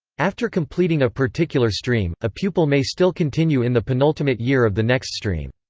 after completing a particular stream, a pupil may still continue in the penultimate year of the next stream.